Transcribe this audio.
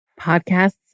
Podcasts